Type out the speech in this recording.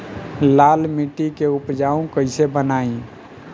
लाल मिट्टी के उपजाऊ कैसे बनाई?